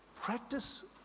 practice